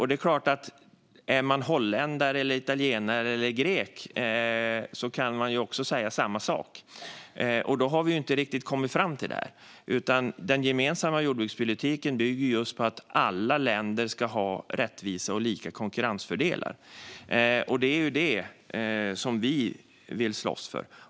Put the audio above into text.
Det är klart att holländare, italienare och greker kan säga samma sak, men det är inte riktigt det vi har kommit fram till. Den gemensamma jordbrukspolitiken bygger ju just på att alla länder ska ha rättvisa och lika konkurrensfördelar. Det är ju det vi vill slåss för.